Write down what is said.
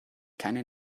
keine